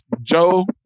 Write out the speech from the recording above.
Joe